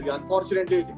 Unfortunately